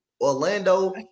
Orlando